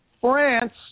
France